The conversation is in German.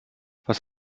was